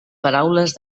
paraules